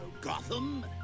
Gotham